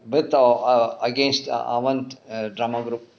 with or err against err avandh drama group